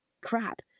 crap